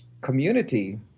community